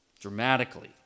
Dramatically